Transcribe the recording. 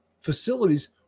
facilities